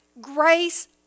grace